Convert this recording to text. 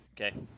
Okay